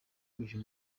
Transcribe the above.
uyu